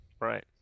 Right